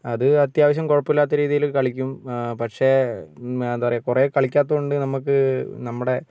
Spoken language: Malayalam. അത് അത്യാവശ്യം കുഴപ്പമില്ലാത്ത രീതിയിൽ കളിക്കും പക്ഷേ എന്താണ് പറയുക കുറേ കളിക്കാത്തതുകൊണ്ട് നമുക്ക് നമ്മുടെ